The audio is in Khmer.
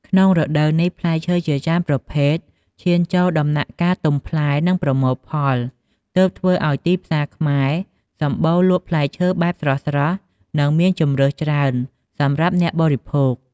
ក្នុងរដូវនេះ ផ្លែឈើជាច្រើនប្រភេទឈានចូលដំណាក់កាលទំផ្លែ និងប្រមូលផល ទើបធ្វើអោយទីផ្សារខ្មែរសម្បូរលក់ផ្លែឈើបែបស្រស់ៗ និងមានជម្រើសច្រើនសម្រាប់អ្នកបរិភោគ។